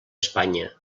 espanya